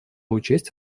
учесть